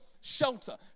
shelter